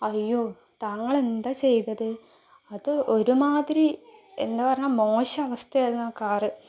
അയ്യോ താങ്കൾ എന്താ ചെയ്തത് അത് ഒരുമാതിരി എന്ന് പറഞ്ഞാൽ മോശം അവസ്ഥ ആയിരുന്നു ആ കാർ